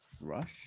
Rush